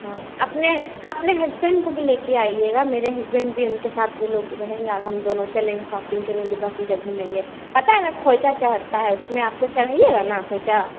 हाँ अपने अपने हस्बैंड को भी लेकर आइएगा मेरे हस्बैंड भी उनके साथ वह लोग रहेंगे और हम दोनों चलेंगे शॉपिंग करने दुर्गा पूजा घूमेंगे पता है ना खोइचा चढ़ता है उसमें आप तो चढ़ाइएगा ना खोइचा